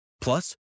Plus